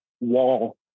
wall